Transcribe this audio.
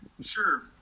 sure